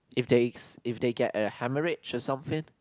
if there's if they get hundred rage and something